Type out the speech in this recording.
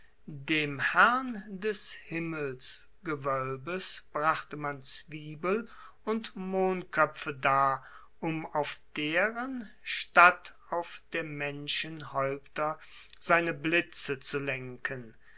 dem herrn des himmelsgewoelbes brachte man zwiebel und mohnkoepfe dar um auf deren statt auf der menschen haeupter seine blitze zu lenken